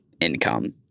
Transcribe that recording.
income